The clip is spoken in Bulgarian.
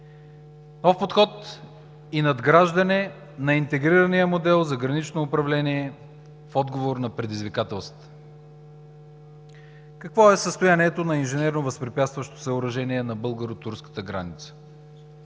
нов подход и надграждане на интегрирания модел за гранично управление в отговор на предизвикателствата. Какво е състоянието на инженерно възпрепятстващото съоръжение на българо-турската граница?